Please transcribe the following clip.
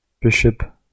Bishop